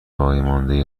باقیمانده